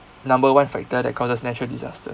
number one factor that causes natural disaster